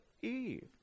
Eve